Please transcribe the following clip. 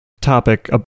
topic